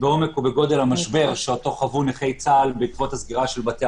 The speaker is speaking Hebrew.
בעומק ובגודל המשבר שאותו חוו נכי צה"ל בעקבות הסגירה של בתי